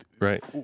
Right